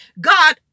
God